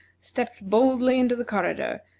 stepped boldly into the corridor,